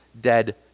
dead